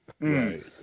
Right